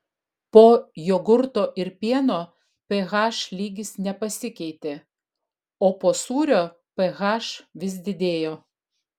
po jogurto ir pieno ph lygis nepasikeitė o po sūrio ph vis didėjo